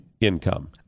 income